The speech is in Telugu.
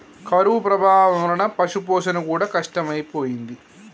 కరువు ప్రభావం వలన పశుపోషణ కూడా కష్టమైపోయింది